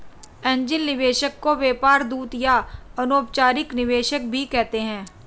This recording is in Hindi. एंजेल निवेशक को व्यापार दूत या अनौपचारिक निवेशक भी कहते हैं